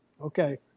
Okay